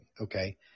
okay